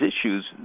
issues